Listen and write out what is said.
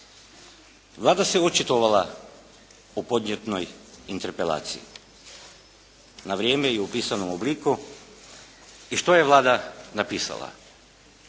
Vlada se očitovala o podnijetoj interpelaciji na vrijeme i u pisanom obliku. I što je Vlada napisala?